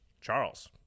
Charles